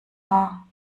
haar